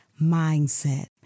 mindset